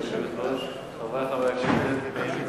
היושב-ראש, חברי חברי הכנסת,